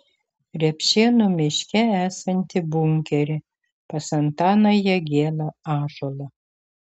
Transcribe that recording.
repšėnų miške esantį bunkerį pas antaną jagielą ąžuolą